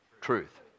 truth